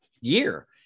year